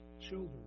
children